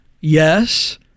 Yes